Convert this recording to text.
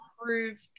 approved